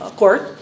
court